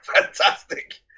fantastic